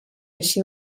així